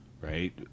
right